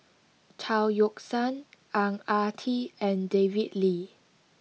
Chao Yoke San Ang Ah Tee and David Lee